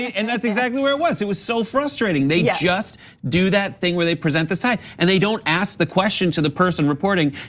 and that's exactly where it was, it was so frustrating. yeah. they just do that thing where they present the side and they don't ask the question to the person reporting,